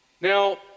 Now